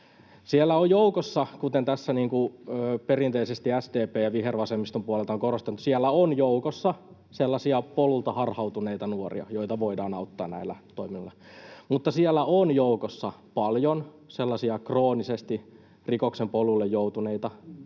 Siellä on joukossa, kuten perinteisesti SDP:n ja vihervasemmiston puolelta on korostettu, sellaisia polulta harhautuneita nuoria, joita voidaan auttaa näillä toimilla, mutta siellä on joukossa paljon sellaisia kroonisesti rikoksen polulle joutuneita, täysin